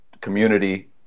community